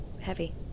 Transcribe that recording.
heavy